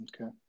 Okay